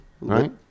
Right